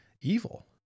evil